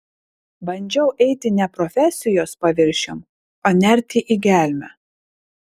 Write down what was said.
bandžiau eiti ne profesijos paviršium o nerti į gelmę